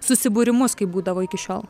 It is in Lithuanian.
susibūrimus kaip būdavo iki šiol